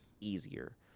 easier